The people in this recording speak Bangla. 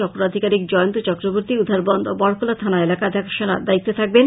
চক্র আধিকারিক জয়ন্ত চক্রবর্তী উধারবন্দ ও বড়খলা থানা এলাকা দেখাশুনার দায়িত্বে থাকবেন